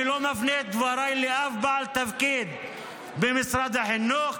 אני לא מפנה את דבריי לאף בעל תפקיד במשרד החינוך,